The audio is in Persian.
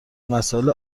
مسائل